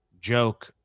joke